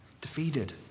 Defeated